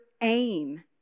aim